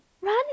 Run